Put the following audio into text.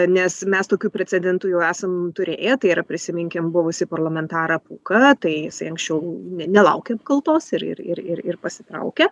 nes mes tokių precedentų jau esam turėję tai yra prisiminkim buvusį parlamentarą pūką tai jisai anksčiau ne nelaukė apkaltos ir ir ir pasitraukė